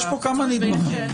יש פה כמה נדבכים.